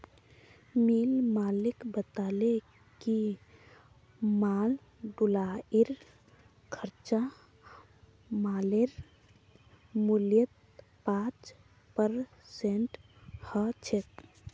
मिल मालिक बताले कि माल ढुलाईर खर्चा मालेर मूल्यत पाँच परसेंट ह छेक